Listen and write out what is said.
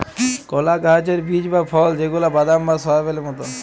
কলা গাহাচের বীজ বা ফল যেগলা বাদাম বা সয়াবেল মতল